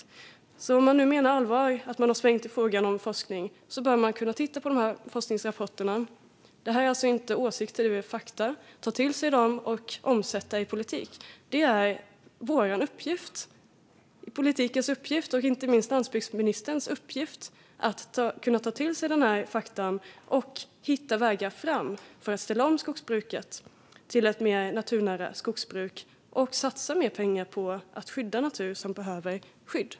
Om ministern alltså menar allvar med att han har svängt i fråga om forskning bör han kunna titta på dessa forskningsrapporter, ta till sig dem och omsätta dem i politik. Det handlar som sagt inte om åsikter, utan det är fakta. Det är politikens och inte minst landsbygdsministerns uppgift att kunna ta till sig dessa fakta och hitta vägar fram för att ställa om skogsbruket till ett mer naturnära skogsbruk och satsa mer pengar på att skydda natur som behöver skydd.